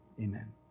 Amen